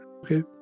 Okay